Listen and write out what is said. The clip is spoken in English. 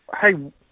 hey